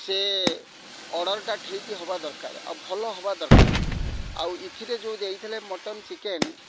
ସେ ଅର୍ଡ଼ର୍ଟା ଠିକ୍ ହେବା ଦରକାରେ ଆଉ ଭଲ ହବା ଦରକାର ଆଉ ଇଥିରେ ଯେଉଁ ଦେଇଥିଲେ ମଟନ୍ ଚିକେନ୍